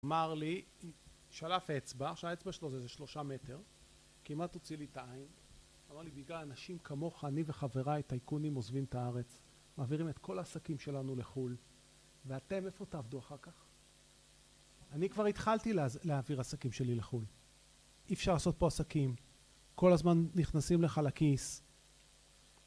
אמר לי, שלף אצבע, עכשיו האצבע שלו זה איזה שלושה מטר, כמעט הוציא לי את העין, אמר לי בגלל אנשים כמוך אני וחבריי הטייקונים עוזבים את הארץ, מעבירים את כל העסקים שלנו לחו"ל, ואתם איפה תעבדו אחר כך? אני כבר התחלתי להעביר עסקים שלי לחו"ל, אי אפשר לעשות פה עסקים, כל הזמן נכנסים לך לכיס